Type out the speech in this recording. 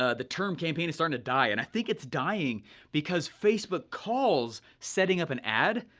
ah the term campaign is starting to die, and i think it's dying because facebook calls setting up an ad,